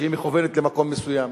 שהיא מכוונת למקום מסוים,